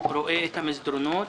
רואה את המסדרונות,